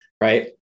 right